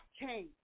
change